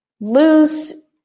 lose